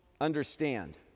understand